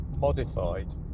modified